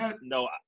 No